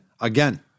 Again